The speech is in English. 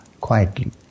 Quietly